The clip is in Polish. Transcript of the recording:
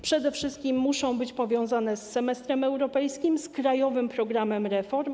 Przede wszystkim muszą być powiązane z semestrem europejskim, z Krajowym Programem Reform.